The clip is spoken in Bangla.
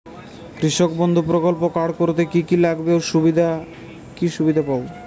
কৃষক বন্ধু প্রকল্প কার্ড করতে কি কি লাগবে ও কি সুবিধা পাব?